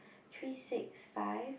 three six five